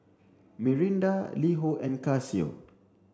Mirinda LiHo and Casio